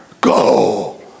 go